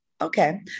Okay